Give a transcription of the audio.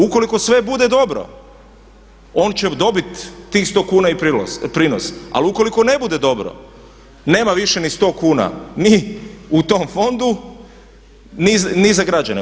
Ukoliko sve bude dobro on će dobit tih 100 kuna i prinos ali ukoliko ne bude dobro nema više ni 100 kuna ni u tom fondu, ni za građane.